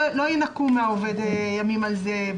לא ינכו מהעובד ימים על זה.